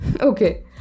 Okay